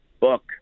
book